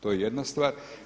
To je jedna stvar.